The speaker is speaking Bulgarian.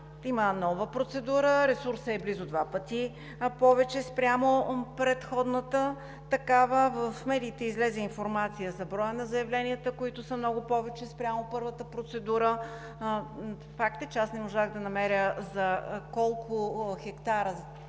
има нова процедура – ресурсът е близо два пъти повече спрямо предходната такава. В медиите излезе информация за броя на заявленията, които са много повече спрямо първата процедура. Факт е, че аз не можах да намеря за колко хектара